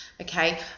okay